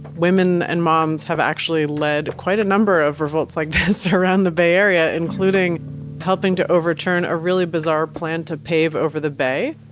women and moms have actually led quite a number of revolts like this around the bay area, including helping to overturn a really bizarre plan to pave over the bay.